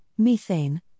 methane